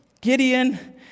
Gideon